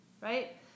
right